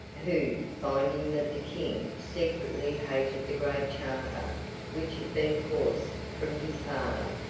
who, finding that the king secretly hated the great charter which had been forced from his father,